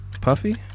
Puffy